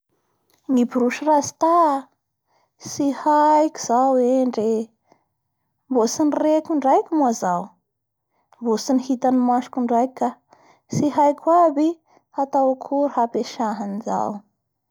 Ny fomba fampiasana an'io borosy rata io zany alainao i rasta igny, da atsobokinao anao rano fa misy savo-ranotsavony da fihazanao da sasanao amizay i gorodona tianao hosasa igny, sasanao la apidirina amin'ny rano ao ndraiky da fihazanao koa da apodinao sasanao da sasanao tsikeikely.